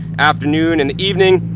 afternoon, and the evening.